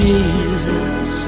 Jesus